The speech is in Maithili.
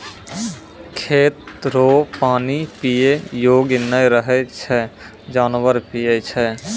खेत रो पानी पीयै योग्य नै रहै छै जानवर पीयै छै